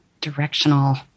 directional